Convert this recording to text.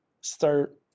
start